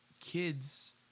kids